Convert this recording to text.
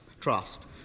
trust